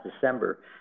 December